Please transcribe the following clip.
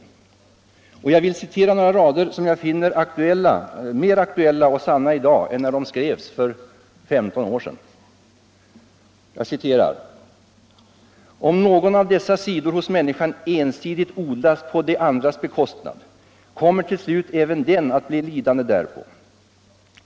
Jag 3 april 1975 vill citera några rader som jag finner mer aktuella och sanna i dag än då de skrevs för femton år sedan: Främjande av ”Om någon av dessa sidor hos människan ensidigt odlas på de andras personligt ansvarsbekostnad, kommer till slut även den att bli lidande därpå.